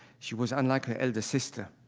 she was unlike her elder sister.